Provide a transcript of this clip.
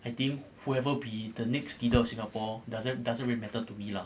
I think whoever be the next leader of singapore doesn't doesn't really matter to me lah